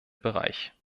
bereich